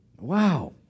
Wow